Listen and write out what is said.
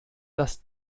dass